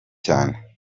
cyane